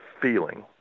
feeling